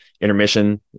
intermission